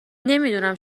نمیدونم